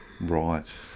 Right